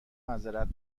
معذرت